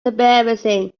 embarrassing